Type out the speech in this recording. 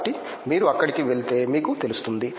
కాబట్టి మీరు అక్కడికి వెళ్తే మీకు తెలుస్తుంది